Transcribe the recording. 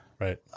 right